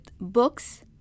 books